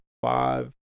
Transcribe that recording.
five